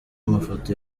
mafoto